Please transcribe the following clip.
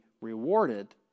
rewarded